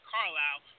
Carlisle